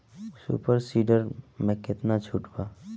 Super seeder मै कितना छुट बा?